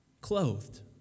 clothed